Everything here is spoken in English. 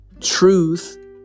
Truth